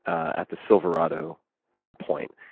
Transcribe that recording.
at the silverado point,